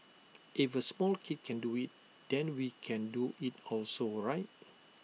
if A small kid can do IT then we can do IT also right